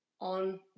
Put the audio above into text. on